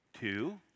two